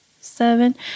seven